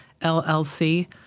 LLC